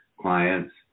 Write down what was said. clients